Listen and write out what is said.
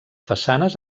façanes